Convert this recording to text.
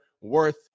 worth